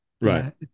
Right